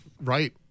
Right